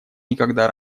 никогда